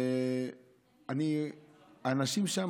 האנשים שם,